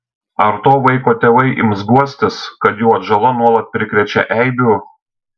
ar to vaiko tėvai ims guostis kad jų atžala nuolat prikrečia eibių